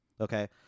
okay